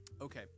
Okay